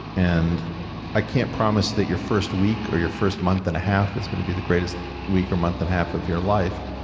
and i can't promise that your first week or your first month and a half is gonna be the greatest week or month and a half of your life,